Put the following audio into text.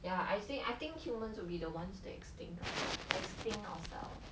ya I think I think humans will be the ones that extinct ourself extinct ourselves